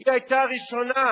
היא היתה ראשונה,